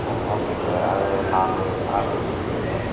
okay sir அது ஒரு நாலு ஆர்டரு சொல்லிருங்க